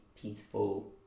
peaceful